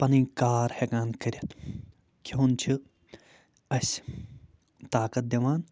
پَنٕنۍ کار ہٮ۪کان کٔرِتھ کھیوٚن چھِ اَسہِ طاقَت دِوان